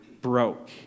broke